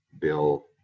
Bill